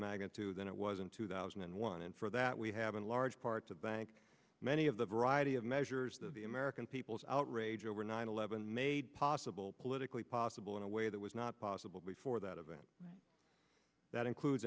magnitude than it was in two thousand and one and for that we have in large part to bank many of the variety of measures that the american people's outrage over nine eleven made possible politically possible in a way that was not possible before that event that includes